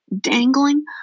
dangling